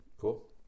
Cool